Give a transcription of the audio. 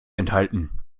enthalten